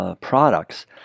products